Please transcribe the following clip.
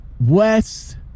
west